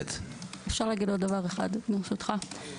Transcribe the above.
אפשר להגיד עוד דבר אחד, ברשותך?